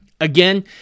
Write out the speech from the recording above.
Again